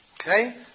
Okay